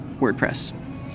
WordPress